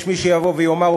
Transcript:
יש מי שיבוא ויאמר,